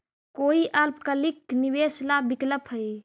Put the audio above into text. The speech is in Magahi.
कोई अल्पकालिक निवेश ला विकल्प हई?